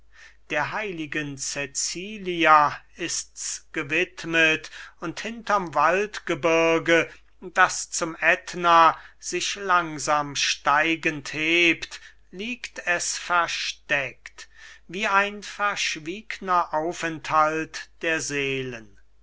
der heiligen cecilia ist's gewidmet und hinterm waldgebirge das zum ätna sich langsam steigend hebt liegt es versteckt wie ein verschwiegner aufenthalt der seelen